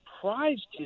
surprised